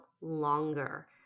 longer